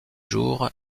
jour